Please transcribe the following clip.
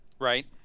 right